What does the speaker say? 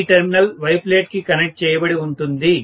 ఈ terminal Y plate కి connect చేయబడి ఉంటుంది